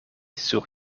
sur